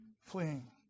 fleeing